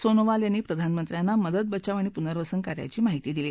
सोनोवाल यांनी प्रधानमंत्र्यांना मदत बचाव आणि पुनर्वसन कार्यांची माहिती दिली